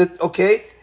Okay